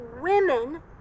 women